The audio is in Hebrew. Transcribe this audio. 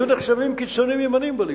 הם היו נחשבים קיצונים ימנים בליכוד.